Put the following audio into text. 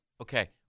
Okay